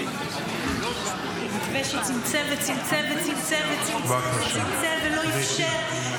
סון הר מלך (עוצמה יהודית): מתווה שצמצם וצמצם ולא אפשר,